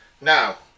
Now